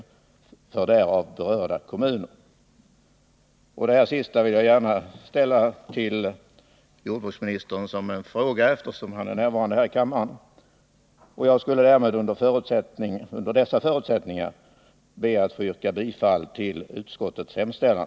Eftersom jordbruksministern är närvarande i kammaren vill jag gärna fråga honom om han är beredd att ta ett sådant initiativ. Under dessa förutsättningar yrkar jag bifall till utskottets hemställan.